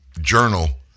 Journal